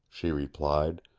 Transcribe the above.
she replied.